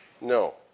No